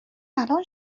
الان